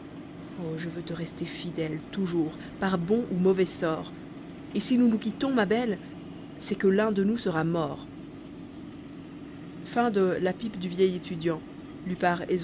oh je veux te rester fidèle toujours par bon ou mauvais sort et si nous nous quittons ma belle c'est que l'un de nous sera mort